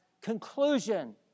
conclusion